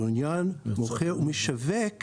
ולעניין מוכר או משווק,